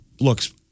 looks